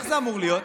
איך זה אמור להיות?